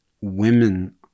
women